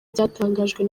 byatangajwe